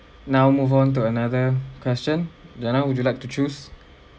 now move on to another question then how would you like to choose